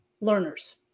learners